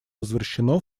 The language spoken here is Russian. возвращено